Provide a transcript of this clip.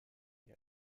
her